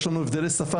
יש לנו הבדלי שפה,